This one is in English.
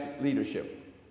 Leadership